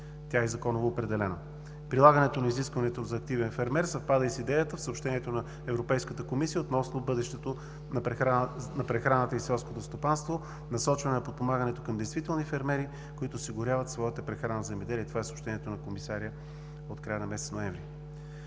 Тя е законово определена. Прилагането на изискването за активен фермер съвпада и с идеята в съобщението на Европейската комисия относно бъдещето на прехраната и селското стопанство, насочване на подпомагането към действителни фермери, които осигуряват своята прехрана в земеделието. Това е съобщението на комисаря от края на месец ноември.